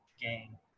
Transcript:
gang